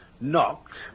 knocked